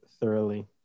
thoroughly